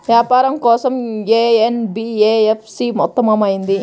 వ్యాపారం కోసం ఏ ఎన్.బీ.ఎఫ్.సి ఉత్తమమైనది?